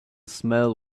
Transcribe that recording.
smell